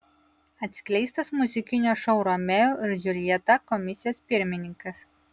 atskleistas muzikinio šou romeo ir džiuljeta komisijos pirmininkas